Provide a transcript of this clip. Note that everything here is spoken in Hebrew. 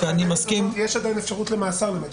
אצל חייבי מזונות יש עדיין אפשרות למאסר בחוק.